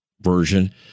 version